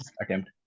attempt